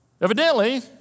Evidently